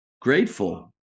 grateful